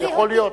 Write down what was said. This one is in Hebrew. אבל יכול להיות,